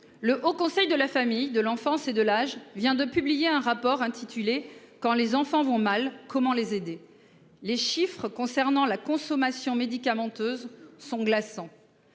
Le Haut Conseil de la famille de l'enfance et de l'âge, vient de publier un rapport intitulé quand les enfants vont mal comment les aider. Les chiffres concernant la consommation médicamenteuse sont glaçants.